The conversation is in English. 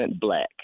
Black